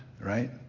right